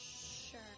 Sure